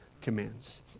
commands